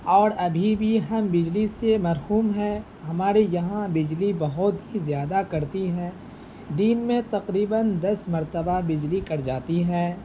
اور ابھی بھی ہم بجلی سے محروم ہیں ہمارے یہاں بجلی بہت ہی زیادہ کٹتی ہے دن میں تقریباً دس مرتبہ بجلی کٹ جاتی ہے